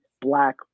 black